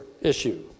issue